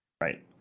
right